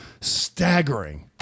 Staggering